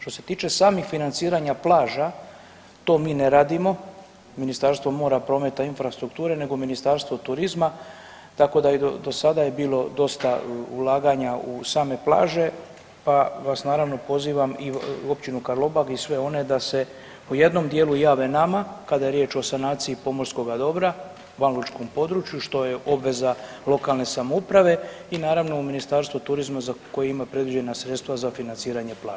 Što se tiče samih financiranja plaća to mi ne radimo, Ministarstvo mora, prometa infrastrukture nego Ministarstvo turizma tako da i do sada je bilo dosta ulaganja u same plaže pa vas naravno pozivam i u Općinu Karlobag i sve one da se u jednom dijelu jave nama kada je riječ o sanaciji pomorskoga dobra van lučkom području što je obveza lokalne samouprave i naravno u Ministarstvo turizma koji ima predviđena sredstva za financiranje plaža.